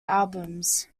albums